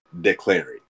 declaring